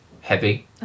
heavy